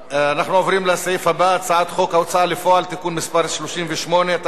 הצעת חוק שמירת הניקיון (תיקון מס' 23) (פינוי פסולת בניין),